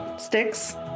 sticks